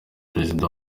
perezida